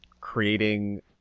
creating